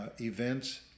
Events